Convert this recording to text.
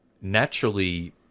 naturally